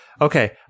Okay